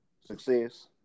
success